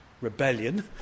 rebellion